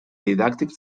didàctics